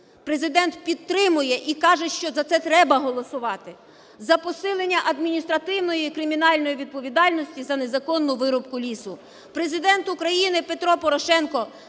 Президент підтримує і каже, що за це треба голосувати. "За посилення адміністративної і кримінальної відповідальності за незаконну вирубку лісу". Президент України Петро Порошенко